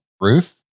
roof